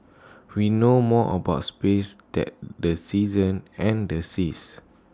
we know more about space than the seasons and the seas